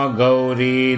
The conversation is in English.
Gauri